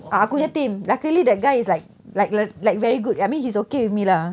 ah aku punya team luckily that guy is like like like like very good I mean he's okay with me lah